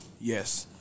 Yes